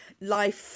life